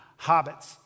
hobbits